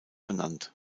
benannt